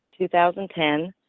2010